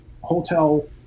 hotel